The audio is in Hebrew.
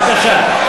בבקשה.